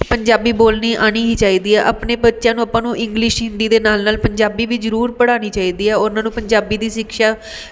ਪੰਜਾਬੀ ਬੋਲਣੀ ਆਉਣੀ ਹੀ ਚਾਹੀਦੀ ਹੈ ਆਪਣੇ ਬੱਚਿਆਂ ਨੂੰ ਆਪਾਂ ਨੂੰ ਇੰਗਲਿਸ਼ ਹਿੰਦੀ ਦੇ ਨਾਲ਼ ਨਾਲ਼ ਪੰਜਾਬੀ ਵੀ ਜ਼ਰੂਰ ਪੜਾਉਣੀ ਚਾਹੀਦੀ ਹੈ ਉਹਨਾਂ ਨੂੰ ਪੰਜਾਬੀ ਦੀ ਸਿਕਸ਼ਾ